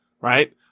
right